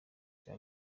cya